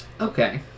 Okay